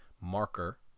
marker